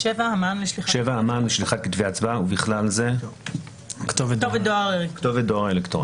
ובכלל זה כתובת דואר אלקטרוני.